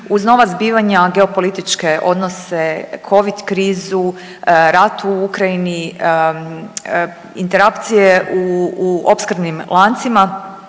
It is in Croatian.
Uz nova zbivanja geopolitičke odnose, covid krizu, rat u Ukrajini, interakcije u opskrbnim lancima